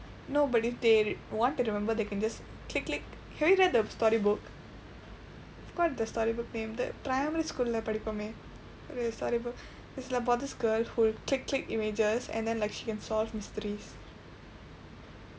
no but if they want to remember they can just click click have you read the storybook I forgot the storybook name the primary school-lae படிப்போமே:padippoomee the story book it's about this girl who click click images and then like she can solve mysteries